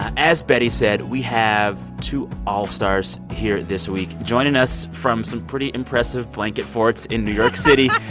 as betty said, we have two all-stars here this week. joining us from some pretty impressive blanket forts in new york city.